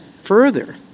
further